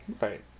Right